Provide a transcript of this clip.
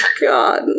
God